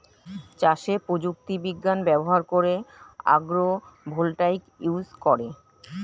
চাষে প্রযুক্তি বিজ্ঞান ব্যবহার করে আগ্রো ভোল্টাইক ইউজ করে